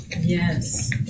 Yes